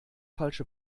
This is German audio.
falsche